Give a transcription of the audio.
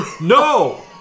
No